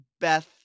Beth